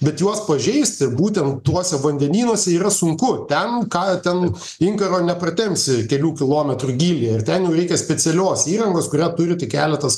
bet juos pažeisti būtent tuose vandenynuose yra sunku ten ką ten inkaro nepratempsi kelių kilometrų gylyje ir ten jau reikia specialios įrangos kurią turi tik keletas